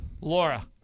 Laura